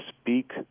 speak